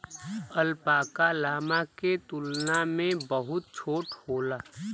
alpaca, llama के तुलना में बहुत छोट होला